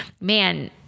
man